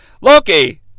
Loki